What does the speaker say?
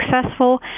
successful